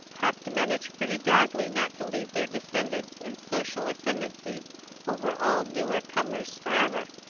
have to manage pretty badly not to leave their descendants in social ascendency over all newer comers for ever.